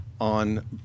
on